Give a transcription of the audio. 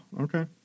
Okay